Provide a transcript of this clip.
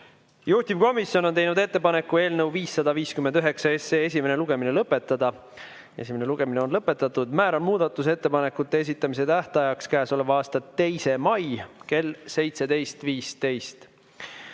Juhtivkomisjon on teinud ettepaneku eelnõu 559 esimene lugemine lõpetada. Esimene lugemine on lõpetatud. Määran muudatusettepanekute esitamise tähtajaks käesoleva aasta 2. mai kell 17.15.